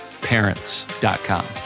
parents.com